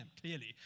clearly